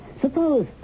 Suppose